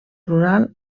rural